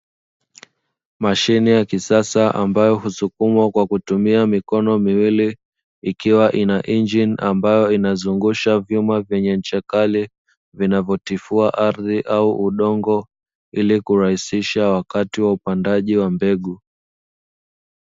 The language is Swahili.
Mashine ya kisasa ambayo husukumwa kwa kutumia mikono miwili, ikiwa ina injini ambayo inazungusha vyuma vyenye ncha kali vinavyo tifua ardhi au udongo ili kurahisisha wakati wa upandaji wa mbegu.